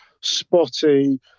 spotty